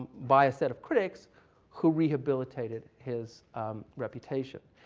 by a set of critics who rehabilitated his reputation.